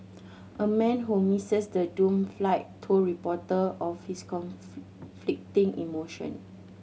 a man who the doomed flight told reporter of his emotion